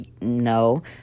No